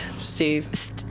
Steve